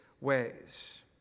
ways